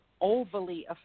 overly